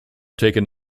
taken